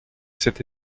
cet